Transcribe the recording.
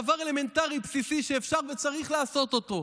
דבר אלמנטרי בסיסי שאפשר וצריך לעשות אותו,